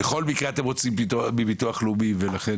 בכל מקרה אתם רוצים מביטוח לאומי ולכן